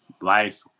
life